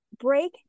break